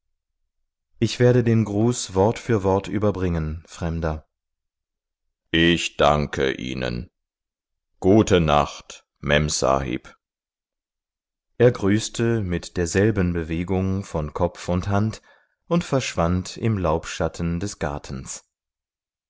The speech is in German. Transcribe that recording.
ich werde den gruß wort für wort überbringen fremder ich danke ihnen gute nacht memsahib er grüßte mit derselben bewegung von kopf und hand und verschwand im laubschatten des gartens